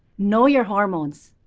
know your hormones.